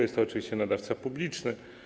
Jest to oczywiście nadawca publiczny.